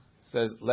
Says